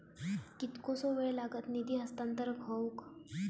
कितकोसो वेळ लागत निधी हस्तांतरण हौक?